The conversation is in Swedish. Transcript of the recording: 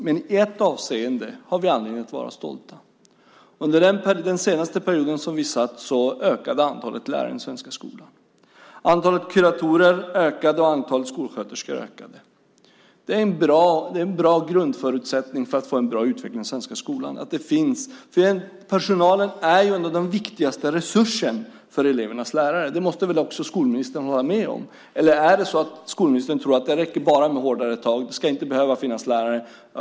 Men i ett avseende har vi anledning att vara stolta. Under den senaste perioden då vi var i regeringsställning ökade antalet lärare i den svenska skolan. Antalet kuratorer ökade, och antalet skolsköterskor ökade. Det är en bra grundförutsättning för att få en bra utveckling i den svenska skolan. Personalen är ju ändå den viktigaste resursen för elevernas lärande. Det måste väl också skolministern hålla med om, eller tror skolministern att det räcker med bara hårdare tag och att det inte behöver finnas lärare?